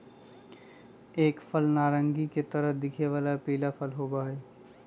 एक फल नारंगी के तरह दिखे वाला पीला फल होबा हई